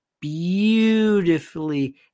beautifully